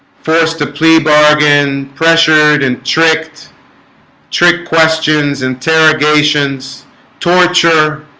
first a plea bargain pressured and tricked trick questions interrogations torture